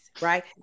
right